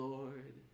Lord